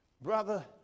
Brother